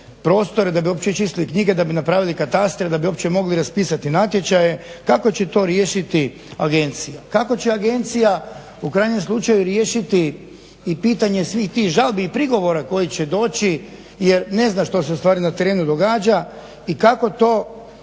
prostore, da bi uopće očistili knjige, da bi napravili katastre, da bi uopće mogli raspisati natječaje. Kako će to riješiti agencija? Kako će agencija u krajnjem slučaju riješiti i pitanje svih tih žalbi i prigovora koji će doći jer ne zna što se u stvari na terenu događa i kako to